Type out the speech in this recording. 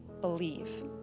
believe